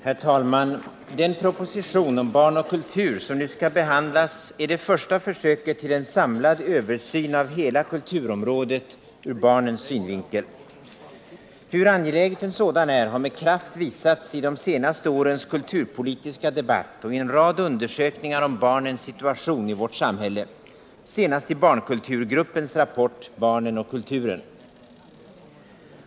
Herr talman! Den proposition om barn och kultur som nu skall behandlas är det första försöket till en samlad översyn av hela kulturområdet ur barnens synvinkel. Hur angelägen en sådan är har med kraft visats i de senaste årens kulturpolitiska debatt och i en rad undersökningar om barnens situation i vårt samhälle, senast i barnkulturgruppens rapport Barnen och kulturen.